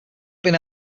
being